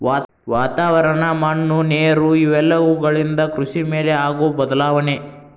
ವಾತಾವರಣ, ಮಣ್ಣು ನೇರು ಇವೆಲ್ಲವುಗಳಿಂದ ಕೃಷಿ ಮೇಲೆ ಆಗು ಬದಲಾವಣೆ